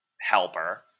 helper